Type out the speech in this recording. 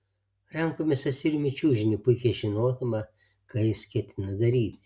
rankomis atsiremiu į čiužinį puikiai žinodama ką jis ketina daryti